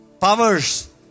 powers